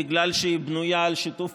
דווקא